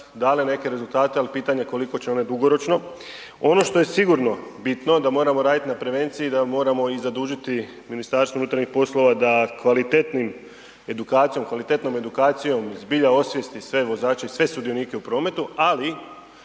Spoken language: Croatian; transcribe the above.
dale neke rezultate, ali pitanje je koliko će one dugoročno. Ono što je sigurno bitno da moramo raditi na prevenciji, da moramo i zadužiti MUP da kvalitetnim edukacijom, kvalitetnom edukacijom zbilja osvijesti sve vozače i sve sudionike u prometu, ali